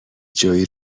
جویی